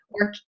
work